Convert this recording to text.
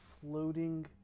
floating